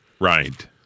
Right